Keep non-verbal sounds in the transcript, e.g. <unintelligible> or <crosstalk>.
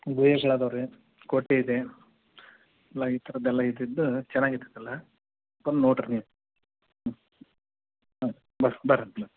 ಗುಹೆಗಳ್ ಅದವೆ ರೀ ಕೋಟಿಯಿದೆ ಎಲ್ಲ ಈಥರದ್ದೆಲ್ಲ ಇದಿದ್ದು ಚೆನ್ನಾಗಿತೈತಲ್ಲ ಬಂದು ನೋಡಿರಿ ನೀವು ಹ್ಞೂ ಹಾಂ ಬರ್ರಿ ಬರ್ರಿ <unintelligible>